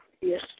Yes